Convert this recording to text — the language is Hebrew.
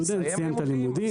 סטודנט סיים את הלימודים.